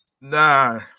Nah